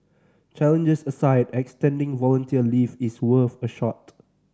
challenges aside extending volunteer leave is worth a shot